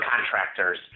contractors